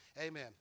Amen